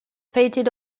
painted